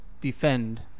defend